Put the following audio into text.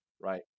Right